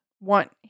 want